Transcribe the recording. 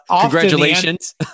congratulations